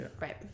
right